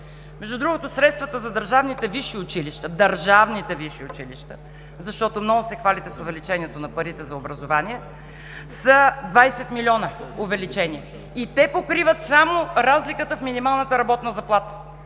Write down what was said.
Между другото, средствата за държавните висши училища, държавни висши училища, защото много се хвалите с увеличението на парите за образование, са 20 милиона увеличение и те покриват само разликата в минималната работна заплата.